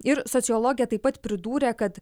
ir sociologė taip pat pridūrė kad